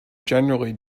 generally